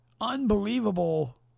unbelievable